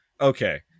Okay